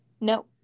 No